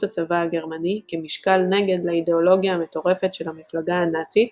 הצבא הגרמני כמשקל נגד לאידאולוגיה המטורפת של המפלגה הנאצית,